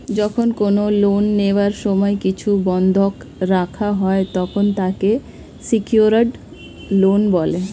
যখন কোন লোন নেওয়ার সময় কিছু বন্ধক রাখা হয়, তখন তাকে সিকিওরড লোন বলে